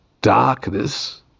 darkness